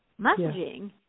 messaging